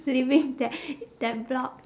living there that block